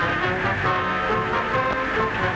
i don't know